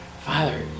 Father